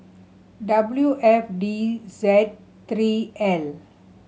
W F D Z three L